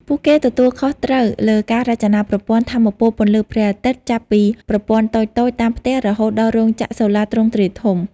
ពួកគេទទួលខុសត្រូវលើការរចនាប្រព័ន្ធថាមពលពន្លឺព្រះអាទិត្យចាប់ពីប្រព័ន្ធតូចៗតាមផ្ទះរហូតដល់រោងចក្រសូឡាទ្រង់ទ្រាយធំ។